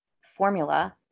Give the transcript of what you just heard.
formula